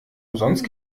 umsonst